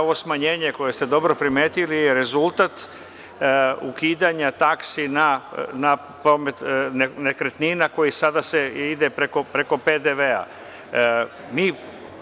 Ovo smanjenje, koje ste dobro primetili, je rezultat ukidanja taksi na promet nekretnina koji sada ide preko PDV-a.